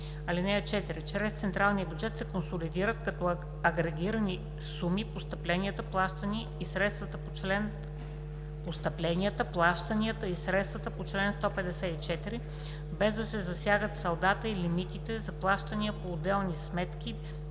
ал. 4: „(4) Чрез централния бюджет се консолидират като агрегирани суми постъпленията, плащанията и средствата по чл. 154, без да се засягат салдата и лимитите за плащания по отделните сметки